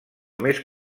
més